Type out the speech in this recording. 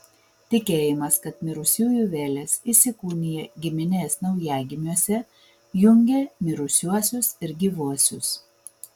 tikėjimas kad mirusiųjų vėlės įsikūnija giminės naujagimiuose jungė mirusiuosius ir gyvuosius